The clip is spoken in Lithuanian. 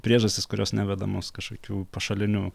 priežastys kurios nevedamos kažkokių pašalinių